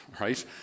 right